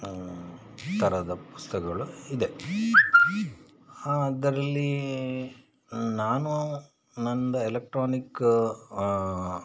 ಥರದ ಪುಸ್ತಕಗಳು ಇದೆ ಅದರಲ್ಲಿ ನಾನು ನಂದು ಎಲೆಕ್ಟ್ರಾನಿಕ್